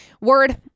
Word